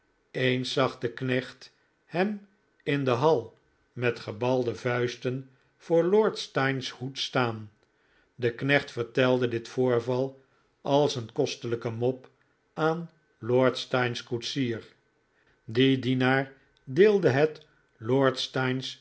eens zag de knecht hem in de hal met gebalde vuisten voor lord steyne's hoed staan de knecht vertelde dit voorval als een kostelijke mop aan lord steyne's koetsier die dienaar deelde het